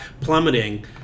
plummeting